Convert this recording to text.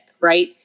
right